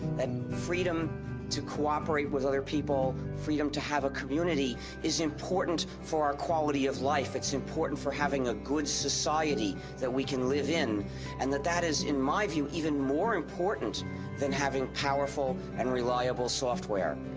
freedom to cooperate with other people, freedom to have a community. is important for our quality of life. it's important for having a good society that we can live in. and that that is in my view, even more important than having powerful and reliable software.